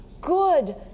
good